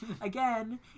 Again